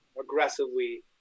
aggressively